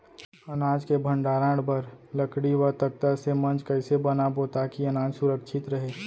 अनाज के भण्डारण बर लकड़ी व तख्ता से मंच कैसे बनाबो ताकि अनाज सुरक्षित रहे?